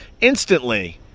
instantly